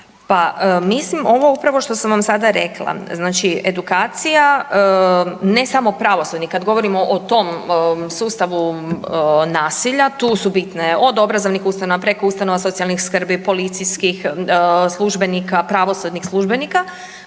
Pa mislim ovo upravo što sam vam sada rekla, znači edukacija, ne samo pravosudni, kad govorimo o tom sustavu nasilja tu su bitne od obrazovnih ustanova preko ustanova socijalnih skrbi, policijskih službenika, pravosudnih službenika.